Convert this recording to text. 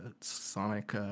Sonic